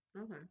Okay